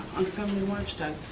on family watchdog,